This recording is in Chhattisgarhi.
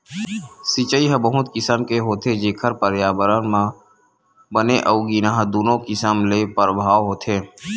सिचई ह बहुत किसम ले होथे जेखर परयाबरन म बने अउ गिनहा दुनो किसम ले परभाव होथे